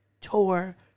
tour